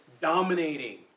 dominating